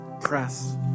press